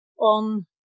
on